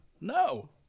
No